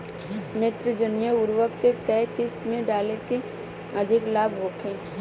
नेत्रजनीय उर्वरक के केय किस्त में डाले से अधिक लाभ होखे?